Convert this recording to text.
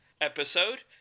episode